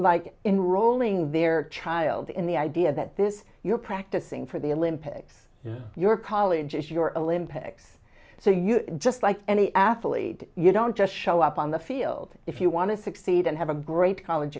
like enrolling their child in the idea that this you're practicing for the olympics your college is your olympics so you just like any athlete you don't just show up on the field if you want to succeed and have a great college